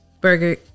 Burger